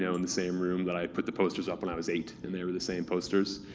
yeah in the same room that i put the posters up when i was eight, and they were the same posters,